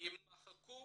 יימחקו